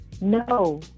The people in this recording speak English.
No